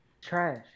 Trash